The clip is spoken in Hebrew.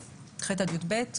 ח' עד יב',